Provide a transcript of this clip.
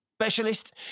Specialist